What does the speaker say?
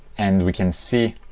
and we can see